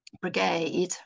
brigade